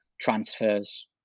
transfers